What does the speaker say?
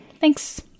Thanks